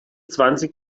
zwanzig